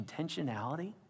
intentionality